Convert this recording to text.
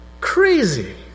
Crazy